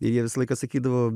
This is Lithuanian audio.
ir jie visą laiką sakydavo